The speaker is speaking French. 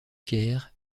caire